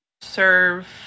serve